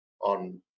on